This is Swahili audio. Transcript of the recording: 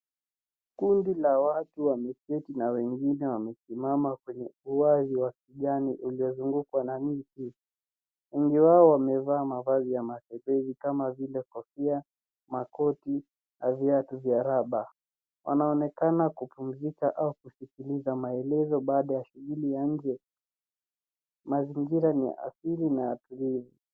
Kundi la watu wameketi na wengine wamesimama kwenye ua wa kijani uliozungukwa na miti. Wengi wao wamevaa mavazi ya matembezi kama kofia, makoti na viatu vya raba. Wanaonekana kupumzika au kusikiliza maelezo baada ya shughuli yange. Mazingira ni ya asili na ya tulivu.